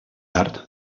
tard